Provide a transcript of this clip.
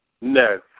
No